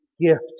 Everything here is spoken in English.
gift